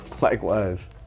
Likewise